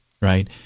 right